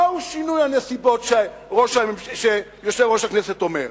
מהו שינוי הנסיבות שיושב-ראש הכנסת אומר?